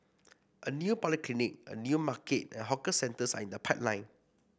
a new polyclinic a new market and hawker centres are in the pipeline